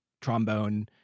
trombone